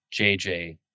JJ